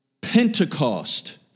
Pentecost